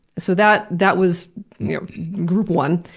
so that that was group one.